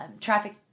traffic